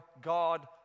God